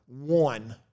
one